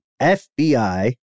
FBI